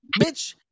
Bitch